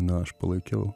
na aš palaikiau